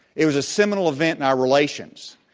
it was a seminal event in our relations.